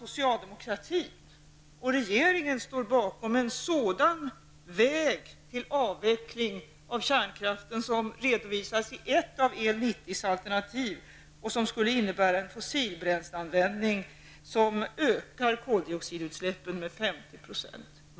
Socialdemokratin och regeringen står inte bakom en sådan väg till avveckling av kärnkraften som redovisas i ett av El 90s alternativ och som skulle innebära en fossilbränsleanvändning som ökar koldioxidutsläppen med 50 %.